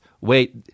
Wait